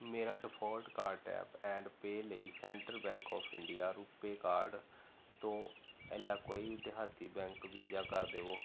ਮੇਰਾ default card tap and pay ਲਈ central bank of India RuPay card ਤੋਂ Ellaquai Dehati bank Visa ਕਰ ਦੇਵੋ